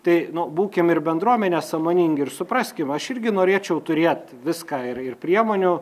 tai nu būkim ir bendruomenė sąmoningi ir supraskim aš irgi norėčiau turėt viską ir ir priemonių